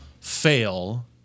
fail